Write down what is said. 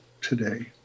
today